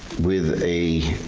with a.